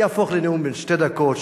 יהפוך לנאום בן שתי דקות,